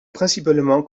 principalement